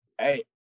Hey